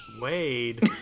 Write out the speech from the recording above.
Wade